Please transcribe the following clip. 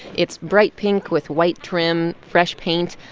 it's bright pink with white trim, fresh paint.